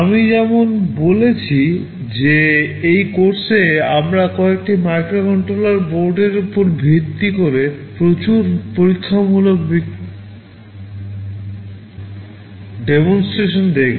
আমি যেমন বলেছি যে এই কোর্সে আমরা কয়েকটি মাইক্রোকন্ট্রোলার বোর্ডের উপর ভিত্তি করে প্রচুর পরীক্ষামূলক demonstration দেখব